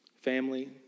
Family